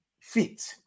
fit